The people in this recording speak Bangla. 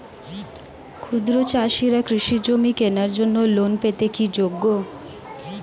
ক্ষুদ্র চাষিরা কৃষিজমি কেনার জন্য লোন পেতে কি যোগ্য?